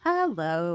Hello